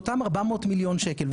אותם 400 מיליון שקלים.